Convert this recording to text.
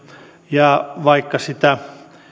ja vaikka sitä